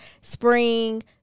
spring